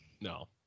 No